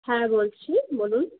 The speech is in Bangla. হ্যাঁ বলছি বলুন